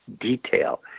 detail